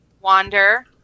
Wander